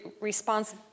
response